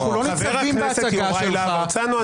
חבר הכנסת יוראי להב הרצנו,